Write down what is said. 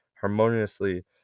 harmoniously